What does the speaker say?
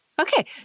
Okay